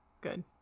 Good